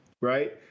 right